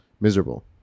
miserable